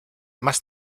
más